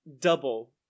double